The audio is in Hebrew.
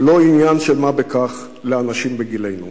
לא עניין של מה בכך לאנשים בגילנו,